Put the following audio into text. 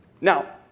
Now